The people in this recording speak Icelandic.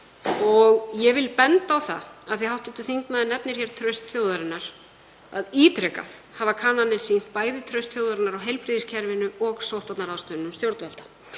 Ég vil benda á það, af því að hv. þingmaður nefnir traust þjóðarinnar, að ítrekað hafa kannanir sýnt bæði traust þjóðarinnar á heilbrigðiskerfinu og sóttvarnaráðstöfunum stjórnvalda.